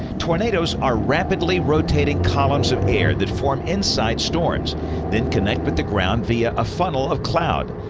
tornadoes are rapidly rotating columns of air that form inside storms that connect with the ground via a funnel of cloud.